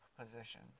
position